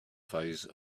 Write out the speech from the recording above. phase